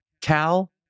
Cal